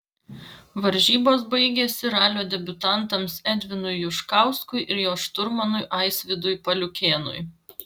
varžybos baigėsi ralio debiutantams edvinui juškauskui ir jo šturmanui aisvydui paliukėnui